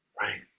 Right